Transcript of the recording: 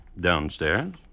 downstairs